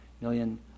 million